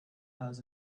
has